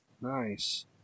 Nice